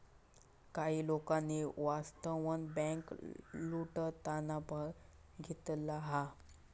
काही लोकांनी वास्तवात बँक लुटताना बघितला हा